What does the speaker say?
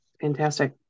Fantastic